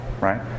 right